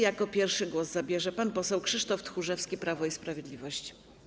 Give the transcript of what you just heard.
Jako pierwszy głos zabierze pan poseł Krzysztof Tchórzewski, Prawo i Sprawiedliwość.